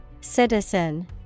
Citizen